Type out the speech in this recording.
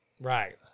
Right